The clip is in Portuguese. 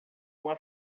uma